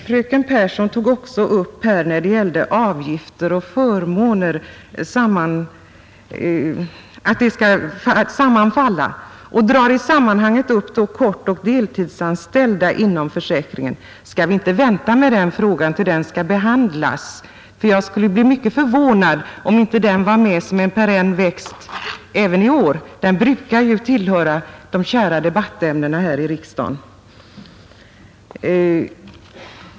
Fröken Pehrsson talade också om att avgifter och förmåner bör sammanfalla och drog i sammanhanget upp de korttidsoch deltidsanställdas ställning i försäkringssystemet. Borde vi inte vänta med den frågan till dess den skall behandlas? Jag skulle bli mycket förvånad, om den inte kom tillbaka som en perenn växt även i år. Den brukar ju tillhöra de kära debattämnena här i riksdagen.